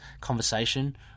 conversation